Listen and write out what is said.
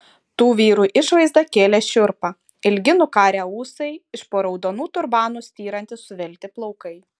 tų vyrų išvaizda kėlė šiurpą ilgi nukarę ūsai iš po raudonų turbanų styrantys suvelti plaukai